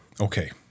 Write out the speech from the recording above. Okay